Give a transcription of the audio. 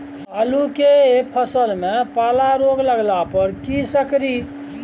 आलू के फसल मे पाला रोग लागला पर कीशकरि?